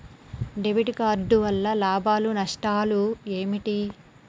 Debit card వల్ల లాభాలు నష్టాలు ఏమిటి?